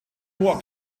what